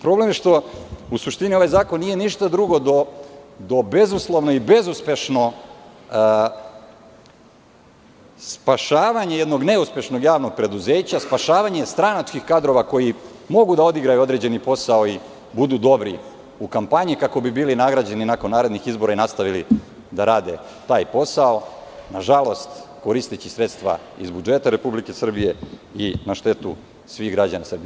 Problem je što, u suštini ovaj zakon nije ništa drugo do bezuspešnog spašavanja jednog neuspešnog javnog preduzeća, spašavanja stranačkih kadrova koji mogu da odigraju određebni posao i budu dobri u kampanji, kako bi bili nagrađeni nakon narednih izbora i nastavili da rade taj posao, nažalost, koristeći sredstva iz budžeta Republike Srbije i na štetu svih građana Srbije.